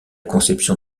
conception